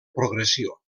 progressió